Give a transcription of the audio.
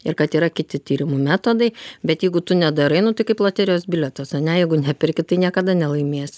ir kad yra kiti tyrimų metodai bet jeigu tu nedarai nu tai kaip loterijos bilietas ane jeigu neperki tai niekada nelaimėsi